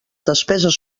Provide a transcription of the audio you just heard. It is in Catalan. despeses